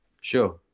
Sure